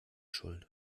schuld